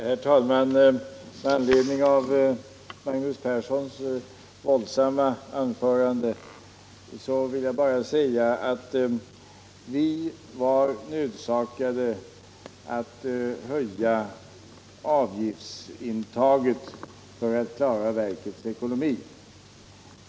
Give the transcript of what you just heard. Herr talman! Med anledning av Magnus Perssons våldsamma anförande vill jag bara säga att vi var nödsakade att höja avgiftsintaget för att klara verkets ekonomi.